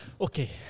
Okay